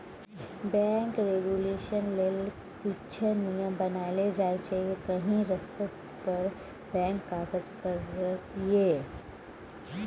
bank regulation लेल किछ नियम बनाएल जाइ छै जाहि रस्ता पर बैंक काज करय